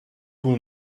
pull